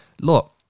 look